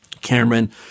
Cameron